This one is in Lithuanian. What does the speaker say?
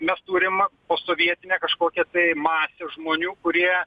mes turim posovietinę kažkokią tai masę žmonių kurie